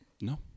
No